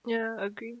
ya agree